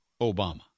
Obama